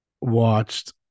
watched